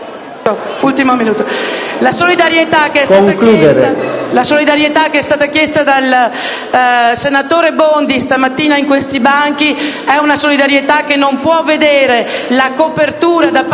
La solidarietà che è stata chiesta dal senatore Bondi stamattina da questi banchi non può vedere la copertura da parte